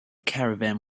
caravan